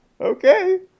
Okay